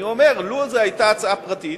אני אומר שלו זו היתה הצעה פרטית,